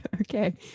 okay